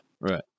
right